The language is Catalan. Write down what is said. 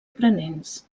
aprenents